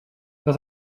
dans